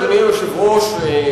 אדוני היושב-ראש,